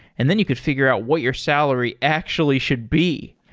and then you could figure out what your salary actually should be.